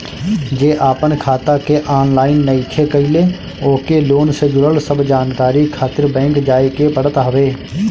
जे आपन खाता के ऑनलाइन नइखे कईले ओके लोन से जुड़ल सब जानकारी खातिर बैंक जाए के पड़त हवे